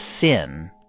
sin